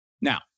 Now